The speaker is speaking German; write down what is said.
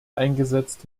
eingesetzt